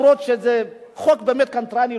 אף-על-פי שזה חוק באמת קנטרני,